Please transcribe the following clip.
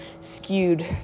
skewed